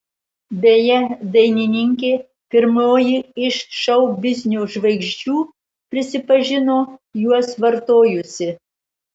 beje dainininkė pirmoji iš šou biznio žvaigždžių prisipažino juos vartojusi